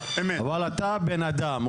אבל אתה בן אדם.